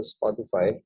Spotify